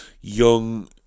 young